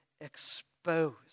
exposed